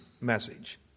message